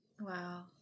wow